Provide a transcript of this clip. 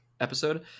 episode